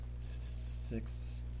Six